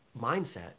mindset